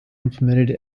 implemented